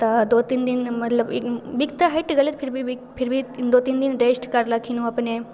तऽ दू तीन दिन मतलब बिख तऽ हटि गेलै फिर भी बिख फिर भी दू तीन दिन रेस्ट करलखिन उ अपने